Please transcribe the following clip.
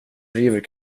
driver